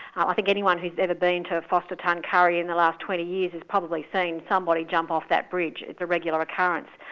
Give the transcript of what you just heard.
i ah think anyone who's ever been to forster-tuncurry in the last twenty years has probably seen somebody jump off that bridge it's a regular occurrence.